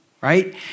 right